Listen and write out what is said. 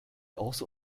also